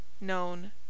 known